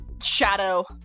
shadow